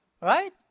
right